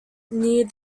near